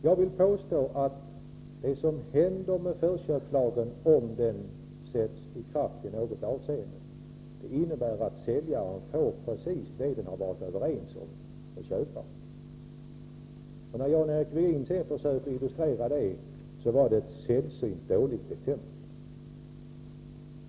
Jag vill påstå att det som händer, om förköpslagen sätts i kraft i något avseende, är att säljaren får precis det han har varit överens med köparen om. När Jan-Eric Virgin försökte illustrera följderna, valde han ett sällsynt dåligt exempel.